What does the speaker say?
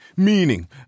Meaning